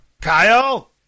Kyle